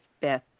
Beth